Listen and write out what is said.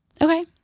okay